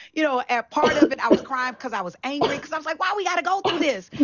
you know, at part of it i was cryin' because i was angry. cause i was like, why we gotta go through this?